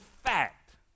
fact